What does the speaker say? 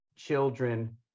children